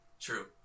True